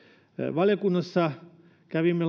valiokunnassa kävimme